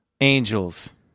Angels